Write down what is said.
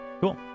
Cool